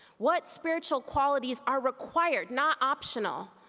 what spiritual qualities are required? not optional.